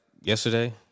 yesterday